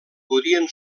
podien